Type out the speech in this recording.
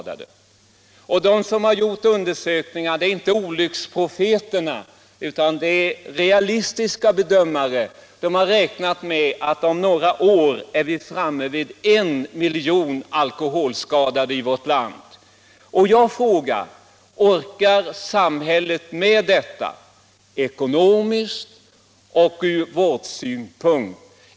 De som har gjort undersökningar — det är inte olycksprofeter, utan det är realistiska bedömare — har räknat med att vi om några år är framme vid en miljon alkoholskadade i vårt land. Jag frågar: Orkar samhället med detta, ekonomiskt och ur vårdsynpunkt?